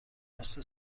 مثل